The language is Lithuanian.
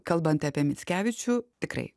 kalbant apie mickevičių tikrai